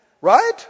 Right